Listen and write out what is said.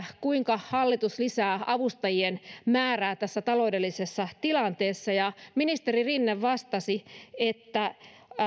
kuinka hallitus lisää avustajien määrää tässä taloudellisessa tilanteessa ja ministeri rinne vastasi että